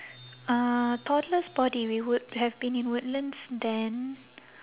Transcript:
uh toddler's body we would have been in woodlands then